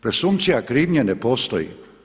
Presumpcija krivnje ne postoji.